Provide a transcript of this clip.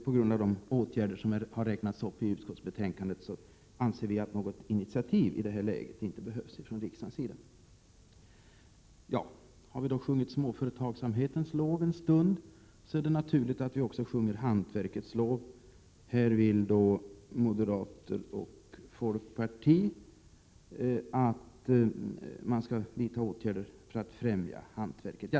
På grund av de åtgärder som har räknats upp i utskottsbetänkandet behövs inte något initiativ från riksdagens sida i detta läge. Har vi då sjungit småföretagsamhetens lov en stund, är det naturligt att vi också sjunger hantverkets lov. Här vill moderater och folkpartister att åtgärder skall vidtas för att främja hantverket.